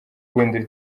guhindura